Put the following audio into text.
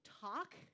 talk